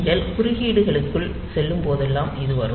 நீங்கள் குறுக்கீடுகளுக்குள் செல்லும்போது இது வரும்